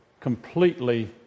Completely